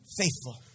faithful